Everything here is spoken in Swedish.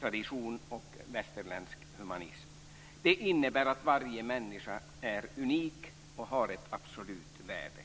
tradition och västerländsk humanism. Det innebär att varje människa är unik och har ett absolut värde.